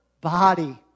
body